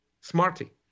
smarty